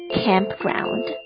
campground